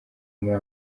muri